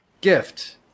gift